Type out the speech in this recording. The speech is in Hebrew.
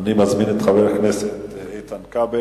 אני מזמין את חבר הכנסת כבל,